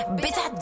bitch